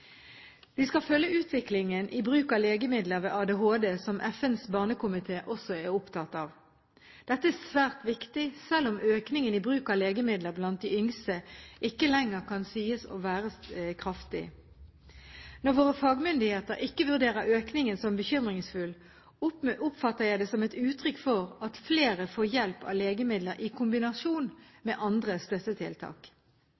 Vi skal følge utviklingen i bruk av legemidler ved ADHD, som FNs barnekomité også er opptatt av. Dette er svært viktig, selv om økningen i bruk av legemidler blant de yngste ikke lenger kan sies å være kraftig. Når våre fagmyndigheter ikke vurderer økningen som bekymringsfull, oppfatter jeg det som et uttrykk for at flere får hjelp av legemidler i kombinasjon